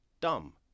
Dumb